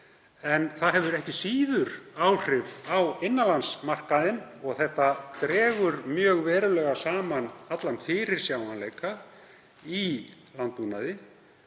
út, það hefur ekki síður áhrif á innanlandsmarkaðinn og þetta dregur mjög verulega saman allan fyrirsjáanleika í landbúnaði